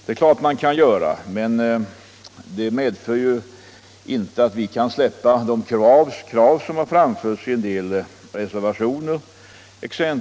Det är klart att man kan göra det, men det medför ju inte att vi kan släppa de krav som vi framfört i reservationerna.